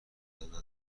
دادن